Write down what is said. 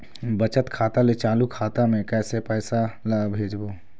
बचत खाता ले चालू खाता मे कैसे पैसा ला भेजबो?